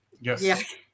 Yes